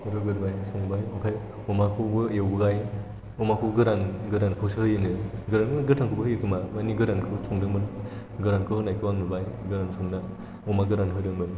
रुग्रोबाय संबाय ओमफ्राय अमाखौबो एवबाय अमाखौ गोरानखौसो होयोनो गोरानखौ माने गोथांखौबो होयो खोमा माने गोरानखौ संदोंमोन गोरानखौ होनायखौ आं नुबाय गोरान संनाय अमा गोरान होदोंमोन